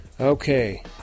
Okay